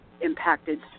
impacted